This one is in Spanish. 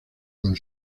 con